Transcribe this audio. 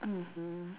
mmhmm